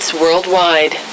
worldwide